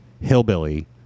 hillbilly